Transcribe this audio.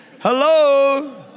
Hello